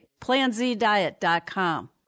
PlanZDiet.com